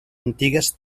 antigues